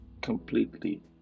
completely